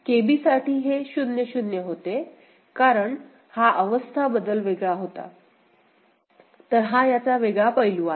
KB साठी हे 0 0 होते कारण हा अवस्था बदल वेगळा होता तर हा याचा वेगळा पैलू आहे